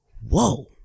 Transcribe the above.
Whoa